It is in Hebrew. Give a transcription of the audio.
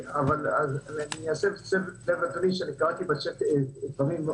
כל בקשתנו היא